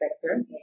sector